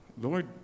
Lord